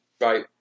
right